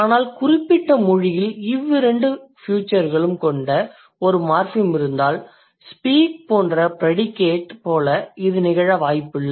ஆனால் குறிப்பிட்ட மொழியில் இவ்விரண்டு ஃபியூச்சர்களும் கொண்ட ஒரு மார்ஃபிம் இருந்தால் speak போன்ற ப்ரடிகேட் போல இது நிகழ வாய்ப்பில்லை